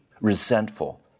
resentful